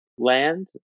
land